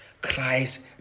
Christ